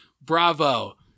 Bravo